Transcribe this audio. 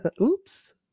Oops